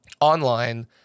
online